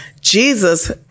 Jesus